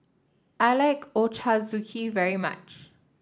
I like Ochazuke very much